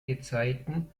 gezeiten